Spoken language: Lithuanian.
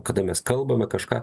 kada mes kalbame kažką